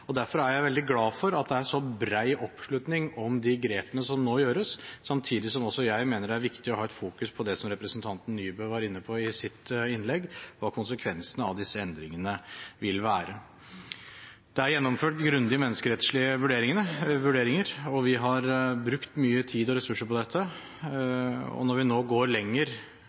Derfor er jeg veldig glad for at det er så bred oppslutning om de grepene som nå gjøres, samtidig som også jeg mener det er viktig å fokusere på det som representanten Nybø var inne på i sitt innlegg: hva konsekvensene av disse endringene vil være. Det er gjennomført grundige menneskerettslige vurderinger, og vi har brukt mye tid og ressurser på dette.